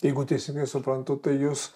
jeigu teisingai suprantu tai jūs